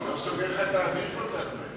אני לא סוגר לך את האוויר כל כך מהר.